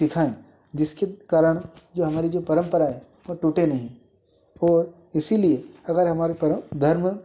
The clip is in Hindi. दिखाएँ जिसके कारण जो हमारी जो परंपराएँ हैं वह टूटे नहीं और इसीलिए अगर हमारी पराधर्म